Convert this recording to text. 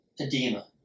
edema